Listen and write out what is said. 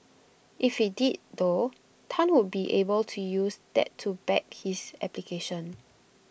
if IT did though Tan would be able to use that to back his application